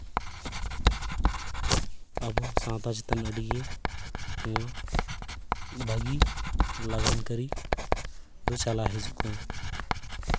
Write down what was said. ᱟᱵᱚ ᱥᱟᱶᱛᱟ ᱪᱮᱛᱟᱱ ᱟᱹᱰᱤ ᱜᱮ ᱱᱚᱣᱟ ᱵᱷᱟᱜᱮ ᱞᱟᱜᱟᱱ ᱠᱟᱹᱨᱤ ᱫᱚ ᱪᱟᱞᱟᱣ ᱦᱤᱡᱩᱜ ᱠᱟᱱᱟ